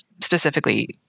specifically